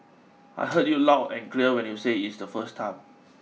I heard you loud and clear when you said it's first time